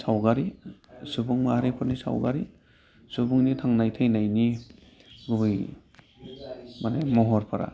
सावगारि सुबुं माहारिफोरनि सावगारि सुबुंनि थांनाय थैनायनि गुबै माने महरफोरा